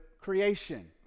creation